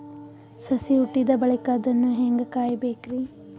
ಸಸಿ ಹುಟ್ಟಿದ ಬಳಿಕ ಅದನ್ನು ಹೇಂಗ ಕಾಯಬೇಕಿರಿ?